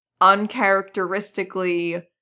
uncharacteristically